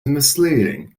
misleading